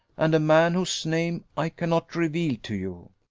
and a man whose name i cannot reveal to you.